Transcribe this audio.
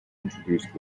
introduced